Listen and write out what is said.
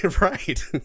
Right